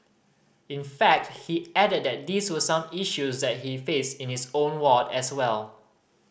in fact he added that these were some issues that he faced in his own ward as well